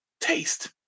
taste